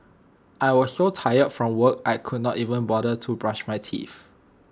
I was so tired from work I could not even bother to brush my teeth